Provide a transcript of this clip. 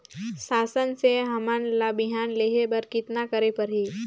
शासन से हमन ला बिहान लेहे बर कतना करे परही?